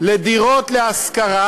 בדירות להשכרה